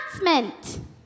announcement